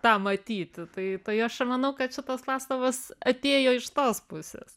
tą matyti tai tai aš manau kad šitos pastabos atėjo iš tos pusės